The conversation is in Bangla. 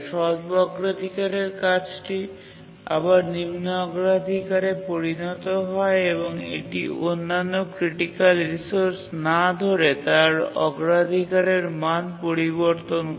স্বল্প অগ্রাধিকারের কাজটি আবার নিম্ন অগ্রাধিকারে পরিণত হয় এবং এটি অন্যান্য ক্রিটিকাল রিসোর্স না ধরে তার অগ্রাধিকারের মান পরিবর্তন করে